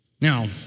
Now